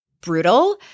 brutal